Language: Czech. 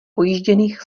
pojížděných